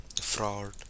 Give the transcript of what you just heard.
fraud